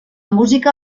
música